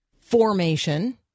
formation—